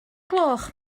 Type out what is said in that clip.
gloch